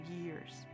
years